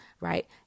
right